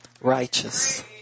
righteous